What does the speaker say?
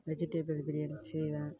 vegetable biryani செய்வேன்